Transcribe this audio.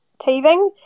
teething